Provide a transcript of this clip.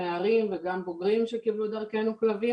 נערים וגם בוגרים שקיבלו דרכנו כלבים